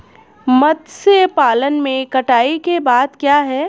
मत्स्य पालन में कटाई के बाद क्या है?